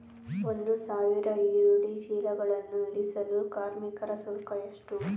ಒಂದು ಸಾವಿರ ಈರುಳ್ಳಿ ಚೀಲಗಳನ್ನು ಇಳಿಸಲು ಕಾರ್ಮಿಕರ ಶುಲ್ಕ ಎಷ್ಟು?